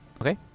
Okay